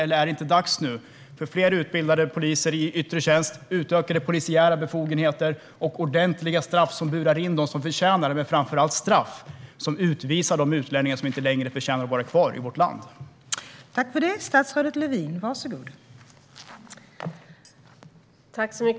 Är det inte dags för fler utbildade poliser i yttre tjänst, utökade polisiära befogenheter, ordentliga straff som innebär att de som förtjänar det buras in men framför allt straff som innebär att de utlänningar som inte längre förtjänar att vara kvar i vårt land utvisas?